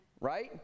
Right